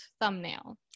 thumbnail